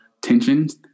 tensions